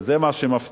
וזה מה שמפתיע,